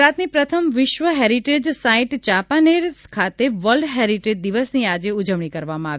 ગુજરાતની પ્રથમ વિશ્વ હેરિટેજ સાઇટ ચાંપાનેર ખાતે વર્લ્ડ હેરિટેજ દિવસની આજે ઉજવણી કરવામાં આવી